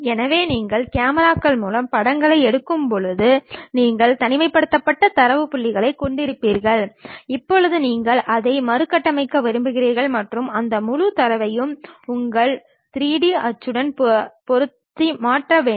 எனவே நீங்கள் உண்மையில் கேமராக்கள் மூலம் படங்களை எடுக்கும்போது நீங்கள் தனிமைப்படுத்தப்பட்ட தரவு புள்ளிகளைக் கொண்டிருப்பீர்கள் இப்போது நீங்கள் அதை மறுகட்டமைக்க விரும்புகிறீர்கள் மற்றும் அந்த முழு தரவையும் உங்கள் 3D அச்சிடும் பொருளுக்கு மாற்ற வேண்டும்